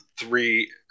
Three